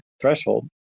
threshold